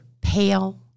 pale